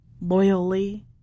loyally